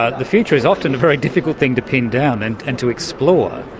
ah the future is often a very difficult thing to pin down and and to explore.